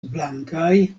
blankaj